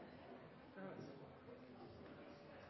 Det har